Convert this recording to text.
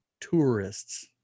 Tourists